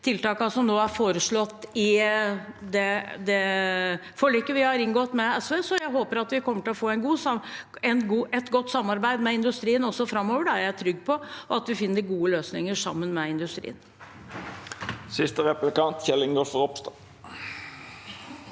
tiltakene som nå er foreslått i det forliket vi har inngått med SV. Så jeg håper at vi kommer til å få et godt samarbeid med industrien også framover. Jeg er trygg på at vi finner gode løsninger sammen med industrien. Kjell Ingolf Ropstad